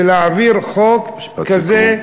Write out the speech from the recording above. ולהעביר חוק כזה,